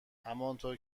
همانطور